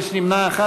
ויש נמנע אחד.